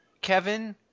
Kevin